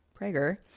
Prager